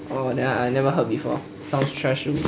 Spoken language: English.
oh then I never heard before sound trash